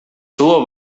tuvo